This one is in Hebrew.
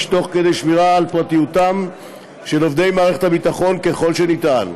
תוך כדי שמירה על פרטיותם של עובדי מערכת הביטחון ככל שניתן.